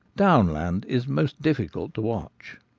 down land is most difficult to watch.